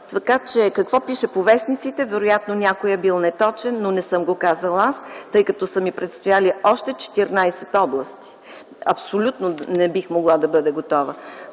16. Така че, какво пише по вестниците – вероятно някой е бил неточен, но не съм го казала аз, тъй като са ми предстояли още 14 области. Абсолютно не би могла да бъде готова.